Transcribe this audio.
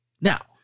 Now